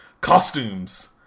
costumes